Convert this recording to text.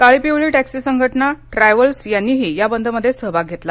काळी पिवळी टॅक्सी संघटना टॅव्हल्स यांनीही या बंदमध्ये सहभाग घेतला